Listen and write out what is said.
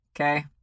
Okay